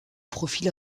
profil